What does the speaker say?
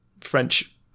French